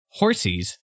horsies